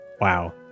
wow